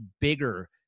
bigger